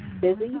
busy